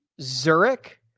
Zurich